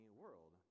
world